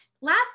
last